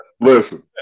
listen